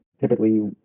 typically